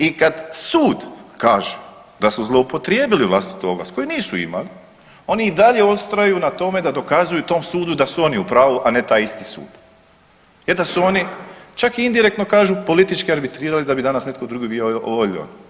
I kad sud kaže da su zloupotrijebili vlastitu ovlast koju nisu imali oni i dalje ustraju na tome da dokazuju tom sudu da su oni u pravu, a ne taj isti sud jer su oni čak i indirektno kažu politički arbitrirali da bi danas netko drugi bio ovo ili ono.